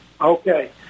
Okay